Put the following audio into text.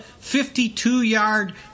52-yard